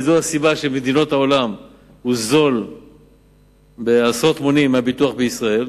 וזו הסיבה שבמדינות העולם הביטוח זול עשרות מונים מהביטוח בישראל.